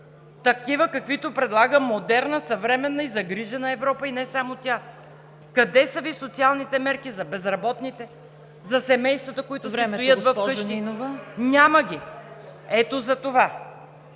мерки, каквито предлага модерна, съвременна и загрижена Европа, и не само тя. Къде са Ви социалните мерки за безработните, за семействата, които си стоят вкъщи? ПРЕДСЕДАТЕЛ ЦВЕТА